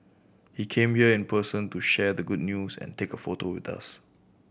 he came here in person to share the good news and take a photo with us